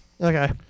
Okay